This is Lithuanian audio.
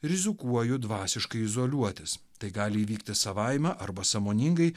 rizikuoju dvasiškai izoliuotis tai gali įvykti savaime arba sąmoningai